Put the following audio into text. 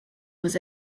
was